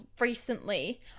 recently